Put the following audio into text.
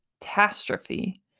catastrophe